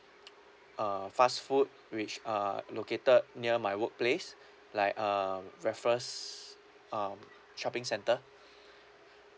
uh fast food which are located near my workplace like uh breakfast um shopping centre